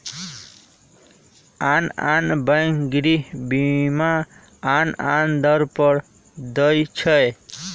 आन आन बैंक गृह बीमा आन आन दर पर दइ छै